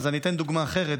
אז אני אתן דוגמה אחרת,